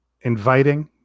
inviting